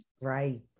Right